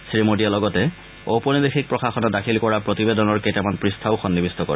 শ্ৰীমোডীয়ে লগতে ঔপনিবেশিক প্ৰশাসনে দাখিল কৰা প্ৰতিবেদনৰ কেইটামান পৃষ্ঠাও সন্নিবিষ্ট কৰে